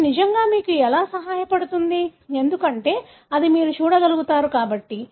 ఇది నిజంగా మీకు ఎలా సహాయపడుతుంది ఎందుకంటే అది మీరు చూడగలుగుతారు కాబట్టి